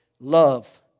love